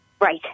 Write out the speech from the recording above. Right